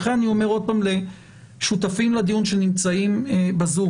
לכן אני אומר שוב לשותפים לדיון שנמצאים ב-זום.